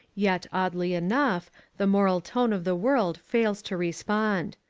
yet oddly enough the moral tone of the world fails to respond.